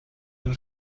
den